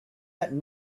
that